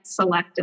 selectively